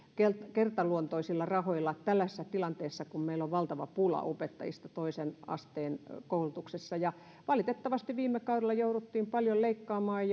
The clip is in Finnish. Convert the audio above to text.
kertaluontoisilla rahoilla tällaisessa tilanteessa kun meillä on valtava pula opettajista toisen asteen koulutuksessa valitettavasti viime kaudella jouduttiin paljon leikkaamaan